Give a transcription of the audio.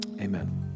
Amen